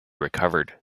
recovered